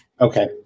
Okay